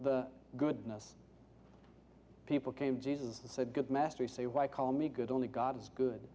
the goodness people came jesus a good master you say why call me good only god is good